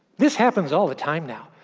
this happens all the time now.